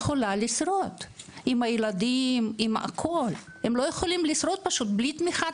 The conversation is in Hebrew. אם אנחנו מדברים על מענקי הסתגלות בלבד